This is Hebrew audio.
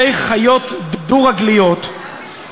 חצי שנה, יום-יום,